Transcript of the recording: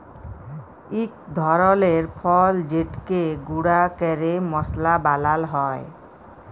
ইক ধরলের ফল যেটকে গুঁড়া ক্যরে মশলা বালাল হ্যয়